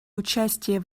участие